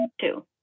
two